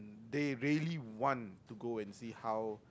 they really want to go and see how